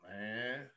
man